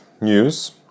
news